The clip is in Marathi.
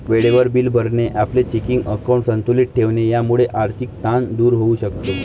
वेळेवर बिले भरणे, आपले चेकिंग अकाउंट संतुलित ठेवणे यामुळे आर्थिक ताण दूर होऊ शकतो